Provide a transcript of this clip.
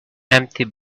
empty